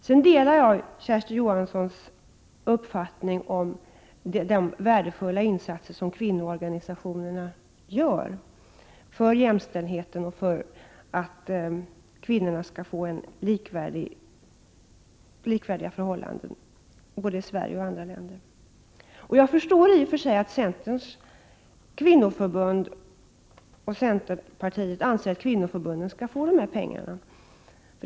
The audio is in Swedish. Jag delar Kersti Johanssons uppfattning om de värdefulla insatser som kvinnoorganisationerna gör för jämställdheten och för att kvinnorna skall få likvärdiga förhållanden både i Sverige och i andra länder. Jag förstår i och för sig att centerns kvinnoförbund och centerpartiet anser att kvinnoförbunden skall få dessa pengar.